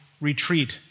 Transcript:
retreat